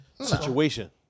situation